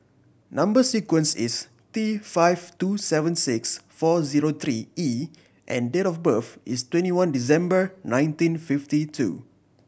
number sequence is T five two seven six four zero three E and date of birth is twenty one December nineteen fifty two